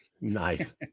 Nice